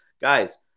guys